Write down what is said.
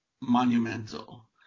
monumental